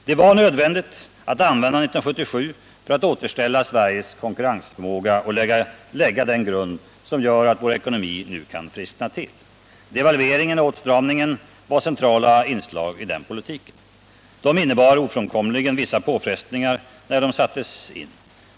Det var nödvändigt att använda 1977 för att återställa Sveriges konkurrensförmåga och lägga den grund som gör att vår ekonomi nu kan friskna till. Devalveringen och åtstramningen var centrala inslag i den politiken. De innebar ofrånkomligt vissa påfrestningar när de Nr 55 sattes in.